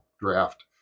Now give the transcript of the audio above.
draft